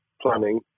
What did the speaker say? planning